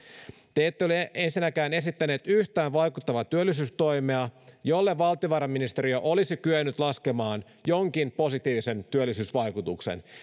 te ette ole ensinnäkään esittäneet yhtään vaikuttavaa työllisyystoimea jolle valtiovarainministeriö olisi kyennyt laskemaan jonkin positiivisen työllisyysvaikutuksen